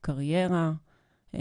קריירה,